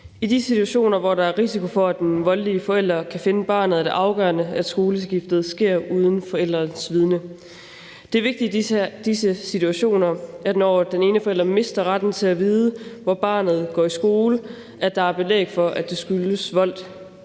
I de situationer, hvor der er en risiko for, at den voldelige forælder kan finde barnet, er det afgørende, at skoleskiftet sker uden forælderens vidende. Det er vigtigt i de situationer, når den ene forælder mister retten til at vide, hvor barnet går i skole, at der er belæg for, at det skyldes vold,